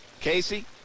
Casey